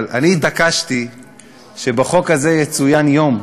אני התעקשתי שבחוק הזה יצוין יום,